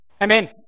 Amen